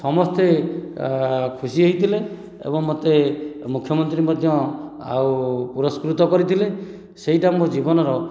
ସମସ୍ତେ ଖୁସି ହେଇଥିଲେ ଏବଂ ମୋତେ ମୁଖ୍ୟମନ୍ତ୍ରୀ ମଧ୍ୟ ଆଉ ପୁରସ୍କୃତ କରିଥିଲେ ସେଇଟା ମୋ ଜୀବନର